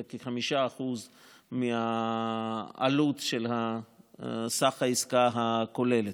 זה כ-5% מהעלות של סך העסקה הכוללת.